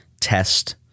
test